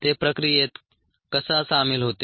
ते प्रक्रियेत कसे सामील होते